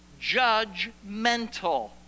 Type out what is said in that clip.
judgmental